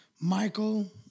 Michael